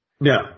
No